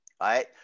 right